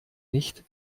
nicht